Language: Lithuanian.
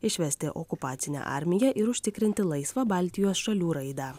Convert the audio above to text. išvesti okupacinę armiją ir užtikrinti laisvą baltijos šalių raidą